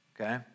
Okay